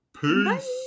Peace